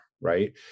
right